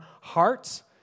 hearts